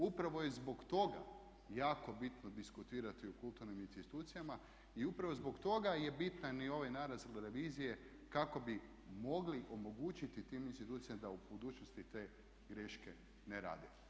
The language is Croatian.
Upravo je zbog toga jako bitno diskutirati o kulturnim institucijama i upravo zbog toga je bitan i ovaj nalaz revizije kako bi mogli omogućiti tim institucijama da u budućnosti te greške ne rade.